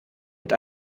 mit